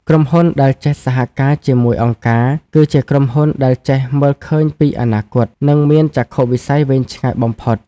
ក្រុមហ៊ុនដែលចេះសហការជាមួយអង្គការ គឺជាក្រុមហ៊ុនដែលចេះមើលឃើញពី "អនាគត" និងមានចក្ខុវិស័យវែងឆ្ងាយបំផុត។